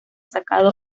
sacado